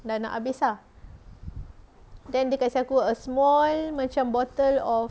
dah nak habis ah then dia kasi aku a small macam bottle of